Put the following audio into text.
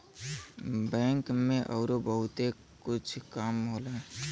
bank में अउरो बहुते कुछ काम होला